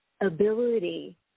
ability